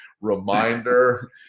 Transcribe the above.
reminder